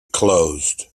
closed